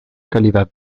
calidad